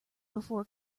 before